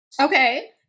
okay